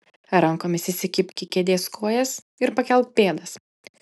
rankomis įsikibk į kėdės kojas ir pakelk pėdas